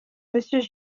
monsieur